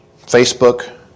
Facebook